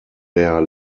der